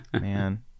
Man